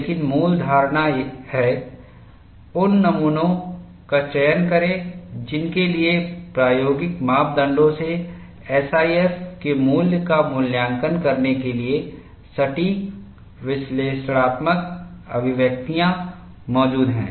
लेकिन मूल धारणा है उन नमूनों का चयन करें जिनके लिए प्रायोगिक मापदंडों से SIF के मूल्य का मूल्यांकन करने के लिए सटीक विश्लेषणात्मक अभिव्यक्तियाँ मौजूद हैं